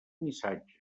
missatge